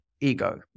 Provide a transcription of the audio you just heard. ego